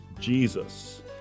Jesus